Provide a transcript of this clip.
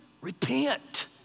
repent